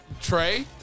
Trey